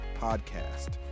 podcast